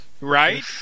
Right